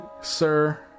Sir